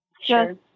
sure